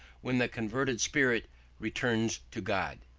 when the converted spirit returns to god,